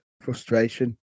frustration